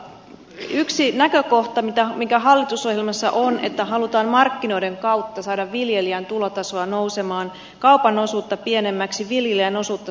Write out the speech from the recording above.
yksi näkökohta mikä on hallitusohjelmassa on että halutaan markkinoiden kautta saada viljelijän tulotasoa nousemaan kaupan osuutta pienemmäksi viljelijän osuutta suuremmaksi